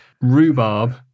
rhubarb